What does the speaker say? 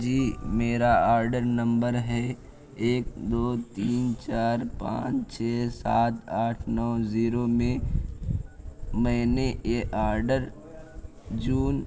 جی میرا order number ہے ایک دو تین چار پانچ چھ سات آٹھ نو زیرو میں میں نے یہ آرڈر جون